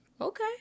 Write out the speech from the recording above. Okay